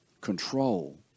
control